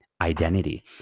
identity